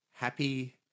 Happy